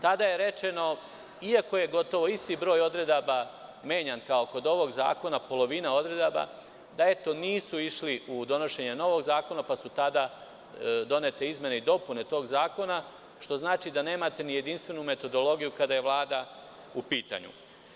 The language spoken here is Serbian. Tada je rečeno, iako je gotovo isti broj odredaba menjan kao i kod ovog zakona, polovina odredaba, da nisu išli u donošenje novog zakona pa su tada donete izmene i dopune, što znači da nemate jedinstvenu metodologiju kada je Vlada u pitanju.